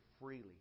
freely